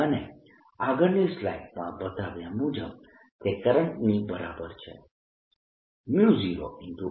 અને આગળની સ્લાઈડમાં બતાવ્યા મુજબ તે કરંટની બરાબર છે 0I